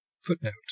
Footnote